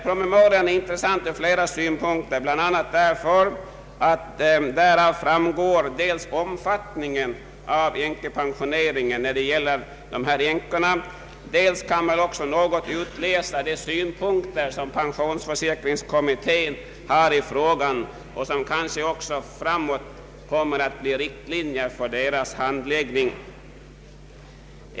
Promemorian är intressant ur flera synpunkter, bl.a. därför att den visar dels omfattningen av änkepensioneringen för dessa änkor och dels i någon mån de synpunkter som pensionsförsäkringskommittén har på frågan, vilka kanske också kommer att bli riktlinjer för kommitténs fortsatta handläggning av frågan.